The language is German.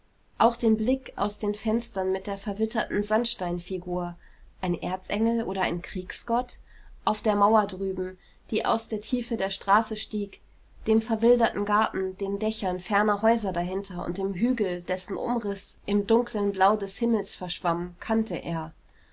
auch den blick aus den fenstern mit der verwitterten sandsteinfigur ein erzengel oder ein kriegsgott auf der mauer drüben die aus der tiefe der straße stieg dem verwilderten garten den dächern ferner häuser dahinter und dem hügel dessen umriß im dunklen blau des himmels verschwamm kannte er